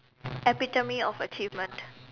epitome of achievement